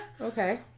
Okay